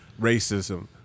racism